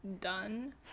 done